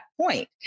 point